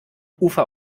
ufer